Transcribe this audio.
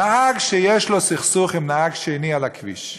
נהג שיש לו סכסוך עם נהג אחר על הכביש,